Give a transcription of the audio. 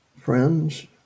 friends